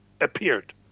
Appeared